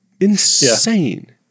insane